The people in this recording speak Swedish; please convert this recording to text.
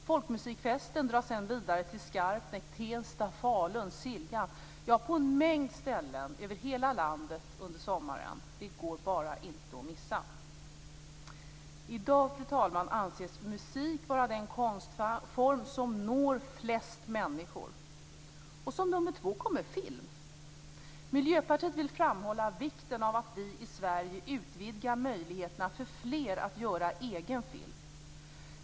Folkmusikfesten drar sedan vidare till Skarpnäck, Tensta, Falun, Siljan och på en mängd ställen över hela landet under sommaren. Det går bara inte att missa. Fru talman! I dag anses musik vara den konstform som når flest människor. Som nummer två kommer film. Miljöpartiet vill framhålla vikten av att vi i Sverige utvidgar möjligheterna för fler att göra egen film.